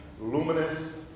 luminous